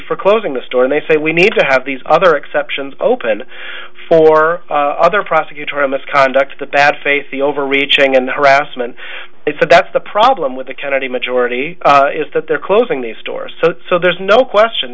for closing the store and they say we need to have these other exceptions open for other prosecutorial misconduct or bad faith the overreaching and harassment if that's the problem with the kennedy majority is that they're closing the store so so there's no question